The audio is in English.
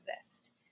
exist